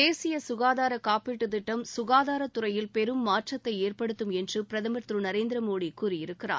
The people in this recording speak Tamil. தேசிய சுகாதார காப்பீட்டுத் திட்டம் சுகாதாரத்துறையில் பெரும் மாற்றத்தை ஏற்படுத்தும் என்று பிரதமர் திரு நரேந்திர மோடி கூறியிருக்கிறார்